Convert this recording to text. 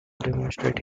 demonstrate